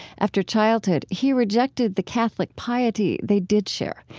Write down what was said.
after childhood, he rejected the catholic piety they did share.